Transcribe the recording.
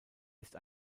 ist